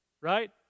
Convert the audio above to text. right